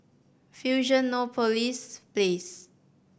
Fusionopolis Place